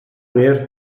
wir